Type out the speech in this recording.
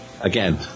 again